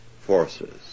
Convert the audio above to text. forces